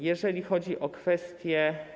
Jeżeli chodzi o kwestię.